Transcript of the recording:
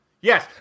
Yes